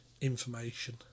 Information